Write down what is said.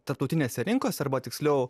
tarptautinėse rinkose arba tiksliau